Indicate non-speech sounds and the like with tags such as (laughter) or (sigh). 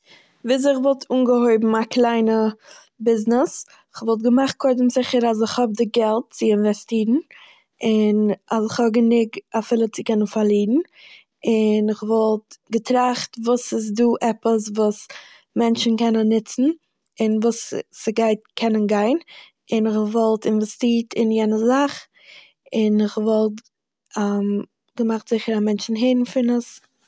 וויזוי כ'וואלט אנגעהויבן א קליינע ביזנעס. כ'וואלט געמאכט קודם זיכער אז איך האב די געלט צו אינוועסטירן- אז איך האב גענוג אפילו צו קענען פארלירן, און איך וואלט געטראכט וואס ס'איז דא עפעס וואס מענטשן קענען נוצן און וואס ס'גייט קענען גיין, און איך וואלט אינוועסטירט אין יענע זאך, און איך וואלט געמאכט זיכער אז מענטשן הערן פון עס. (noise)